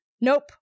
Nope